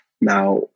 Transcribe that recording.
now